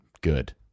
Good